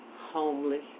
Homeless